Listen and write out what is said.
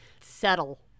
settle